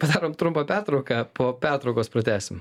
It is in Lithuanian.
padarom trumpą pertrauką po pertraukos pratęsim